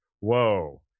whoa